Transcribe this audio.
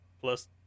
plus